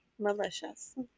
Malicious